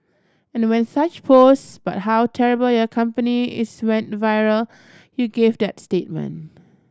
and when such posts but how terrible your company is went viral you gave that statement